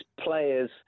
players